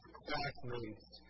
classmates